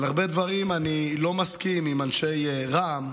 על הרבה דברים אני לא מסכים עם אנשי רע"מ,